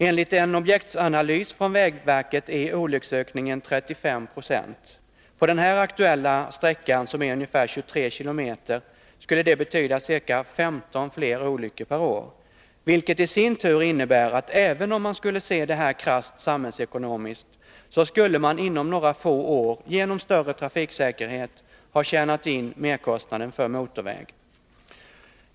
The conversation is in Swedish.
Enligt en objektsanalys från vägverket är olycksökningen 35 96. På den här aktuella sträckan, som är ungefär 23 km, skulle det betyda ca 15 fler olyckor per år, vilket i sin tur innebär att även om man skulle se det här krasst samhällsekonomiskt, skulle man inom några få år, genom större trafiksäkerhet, ha tjänat in merkostnaden för motorväg.